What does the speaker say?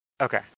Okay